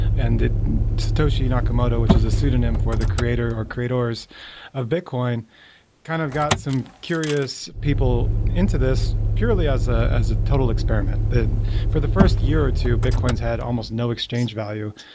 and satoshi nakamoto which is a pseudonym for the creator or creators of bitcoin kind of got some curious people into this purely as ah as a total experiment. and for the first year or two, bitcoins had almost no exchange value.